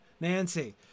Nancy